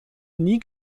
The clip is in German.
nie